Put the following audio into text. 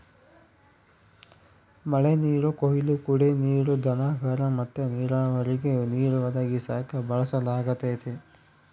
ಮಳೆನೀರು ಕೊಯ್ಲು ಕುಡೇ ನೀರು, ದನಕರ ಮತ್ತೆ ನೀರಾವರಿಗೆ ನೀರು ಒದಗಿಸಾಕ ಬಳಸಲಾಗತತೆ